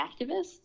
activists